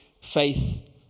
faith